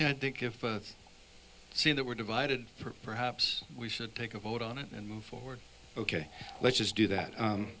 and i think if i see that we're divided perhaps we should take a vote on it and move forward ok let's just do that